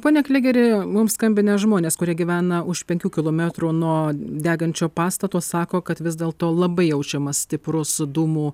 pone klėgeri mums skambinę žmonės kurie gyvena už penkių kilometrų nuo degančio pastato sako kad vis dėl to labai jaučiamas stiprus dūmų